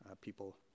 people